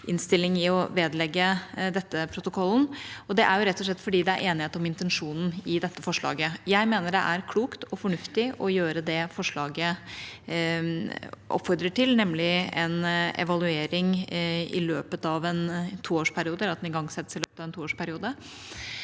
innstilling om å vedlegge dette protokollen, og det er rett og slett fordi det er enighet om intensjonen i dette forslaget. Jeg mener det er klokt og fornuftig å gjøre det forslaget oppfordrer til, nemlig en evaluering i løpet av en toårsperiode, eller at den igangsettes i løpet av en toårsperiode.